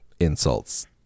insults